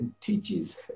teaches